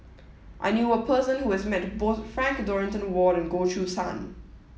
I knew a person who has met both Frank Dorrington Ward and Goh Choo San